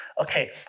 okay